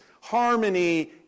harmony